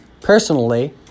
personally